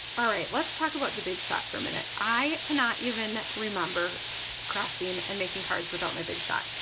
alright let's talk about the big shot for a minute. i cannot even remember crafting and making cards without my big shot.